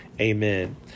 Amen